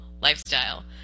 lifestyle